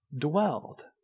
dwelled